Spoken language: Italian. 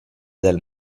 del